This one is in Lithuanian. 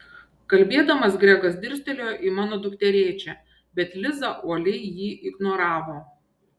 kalbėdamas gregas dirstelėjo į mano dukterėčią bet liza uoliai jį ignoravo